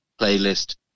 playlist